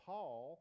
Paul